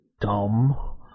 dumb